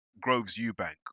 Groves-Eubank